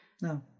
no